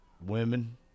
women